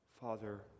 Father